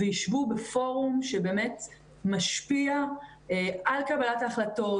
ויישבו בפורום שמשפיע על קבלת ההחלטות,